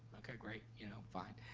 okay, great, you know, fine.